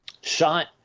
shot